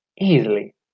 easily